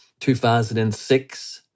2006